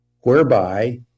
whereby